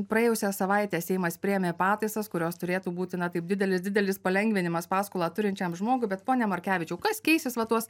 praėjusią savaitę seimas priėmė pataisas kurios turėtų būti na taip didelis didelis palengvinimas paskolą turinčiam žmogui bet pone markevičiau kas keisis va tuos